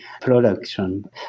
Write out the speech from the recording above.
production